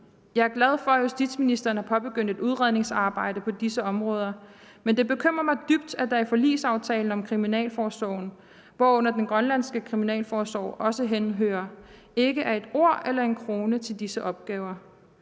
Jeg er glad for, at justitsministeren har påbegyndt et udredningsarbejde på disse områder, men det bekymrer mig dybt, at der i forligsaftalen om Kriminalforsorgen, hvorunder den grønlandske kriminalforsorg også henhører, ikke er et ord eller en krone til disse opgaver.